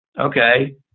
okay